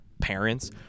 parents